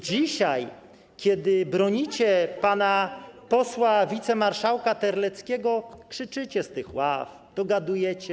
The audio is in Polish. Dzisiaj, kiedy bronicie pana posła wicemarszałka Terleckiego, krzyczycie z tych ław, dogadujecie.